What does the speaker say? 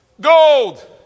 Gold